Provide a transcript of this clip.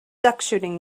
duckshooting